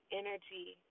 energy